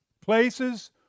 Places